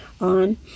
on